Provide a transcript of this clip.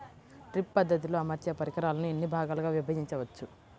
Drip పద్ధతిలో అమర్చే పరికరాలను ఎన్ని భాగాలుగా విభజించవచ్చు?